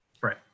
Right